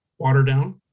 Waterdown